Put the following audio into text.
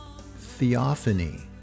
Theophany